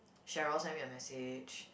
Cheryl sent me a message